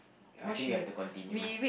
I think we have to continue